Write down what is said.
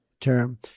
term